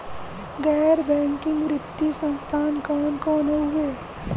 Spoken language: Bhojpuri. गैर बैकिंग वित्तीय संस्थान कौन कौन हउवे?